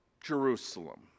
Jerusalem